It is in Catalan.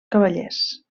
cavallers